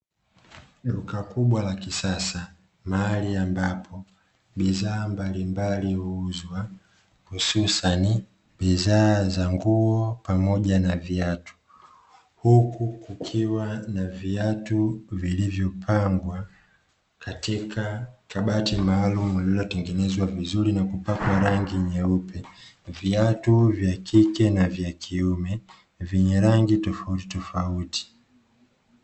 Duka kubwa la kisasa mahali ambapo bidhaa mbalimbali huuzwa hususani bidhaa za nguo pamoja na viatu, huku kukiwa na viatu vilivyopangwa katika kabati maalumu lililotengenezwa vizuri na kupakwa rangi nyeupe, viatu vya kike na vya kiume vyenye rangi toufautitofauti.